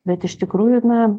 bet iš tikrųjų na